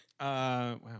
wow